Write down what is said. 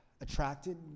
attracted